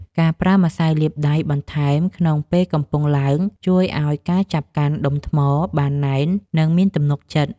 ការប្រើម្សៅលាបដៃបន្ថែមក្នុងពេលកំពុងឡើង ជួយឱ្យការចាប់កាន់ដុំថ្មបានណែន និងមានទំនុកចិត្ត។